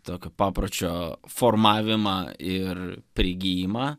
tokio papročio formavimą ir prigijimą